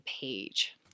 page